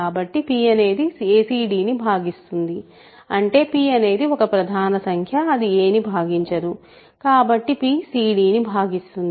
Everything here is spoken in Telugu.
కాబట్టి p అనేది acd ను భాగిస్తుంది అంటే p అనేది ఒక ప్రధాన సంఖ్య అది a ని భాగించదు కాబట్టి p c d ను భాగిస్తుంది